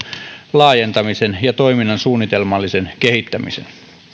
laajentamisen ja toiminnan suunnitelmallisen kehittämisen